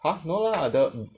ha no lah the